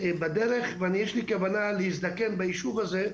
בדרך ויש לי כוונה להזדקן בישוב הזה,